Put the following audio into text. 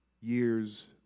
years